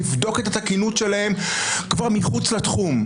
לבדוק את התקינות שלהם כבר מחוץ לתחום.